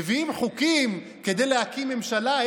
מביאים חוקים כדי להקים ממשלה?